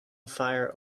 fire